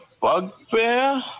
bugbear